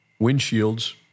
windshields